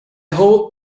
hold